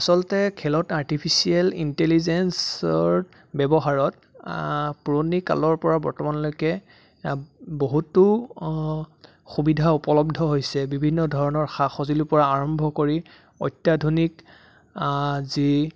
আচলতে খেলত আৰ্টিফিচিয়েল ইণ্টেলিজেঞ্চৰ ব্যৱহাৰত পুৰণি কালৰ পৰা বৰ্তমানলৈকে বহুতো সুবিধা উপলব্ধ হৈছে বিভিন্ন ধৰণৰ সা সঁজুলিৰ পৰা আৰম্ভ কৰি অত্যাধুনিক যি